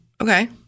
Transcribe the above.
okay